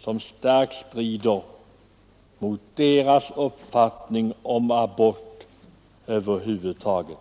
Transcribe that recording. som starkt strider mot deras uppfattning om abort över huvud taget.